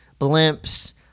blimps